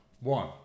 one